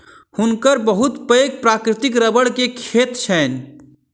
हुनकर बहुत पैघ प्राकृतिक रबड़ के खेत छैन